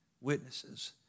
Witnesses